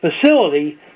facility